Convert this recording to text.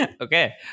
Okay